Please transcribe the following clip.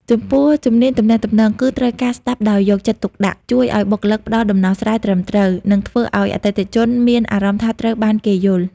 ចំពោះ ជំនាញទំនាក់ទំនង គឺត្រូវការស្ដាប់ដោយយកចិត្តទុកដាក់ជួយឱ្យបុគ្គលិកផ្ដល់ដំណោះស្រាយត្រឹមត្រូវ និងធ្វើឱ្យអតិថិជនមានអារម្មណ៍ថាត្រូវបានគេយល់។